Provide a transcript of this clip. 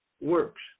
works